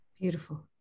Beautiful